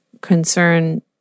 concern